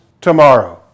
tomorrow